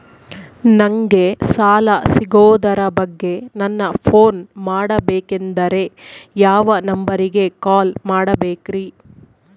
ನಂಗೆ ಸಾಲ ಸಿಗೋದರ ಬಗ್ಗೆ ನನ್ನ ಪೋನ್ ಮಾಡಬೇಕಂದರೆ ಯಾವ ನಂಬರಿಗೆ ಕಾಲ್ ಮಾಡಬೇಕ್ರಿ?